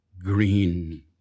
green